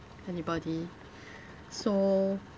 anybody so